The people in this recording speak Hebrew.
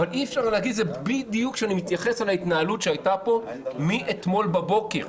אבל אי אפשר להגיד את זה כשאני מתייחס להתנהלות שהייתה פה מאתמול בבוקר.